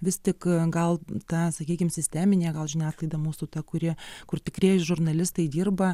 vis tik gal ta sakykim sisteminė gal žiniasklaida mūsų ta kuri kur tikrieji žurnalistai dirba